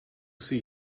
see